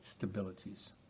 stabilities